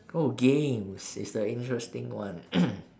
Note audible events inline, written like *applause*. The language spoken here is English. oh games it's the interesting one *coughs*